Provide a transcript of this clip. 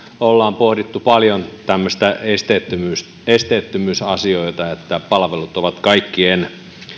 ollaan pohdittu paljon tämmöisiä esteettömyysasioita esteettömyysasioita että palvelut ovat kaikkien